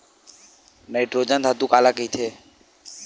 Nitrogen खातु काला कहिथे?